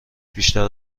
بیشتر